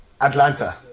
Atlanta